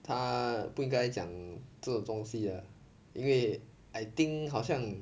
他不应该讲这种东西 uh 因为 I think 好像